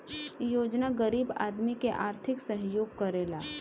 इ योजना गरीब आदमी के आर्थिक सहयोग करेला